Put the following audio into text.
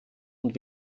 und